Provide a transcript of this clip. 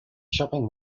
shopping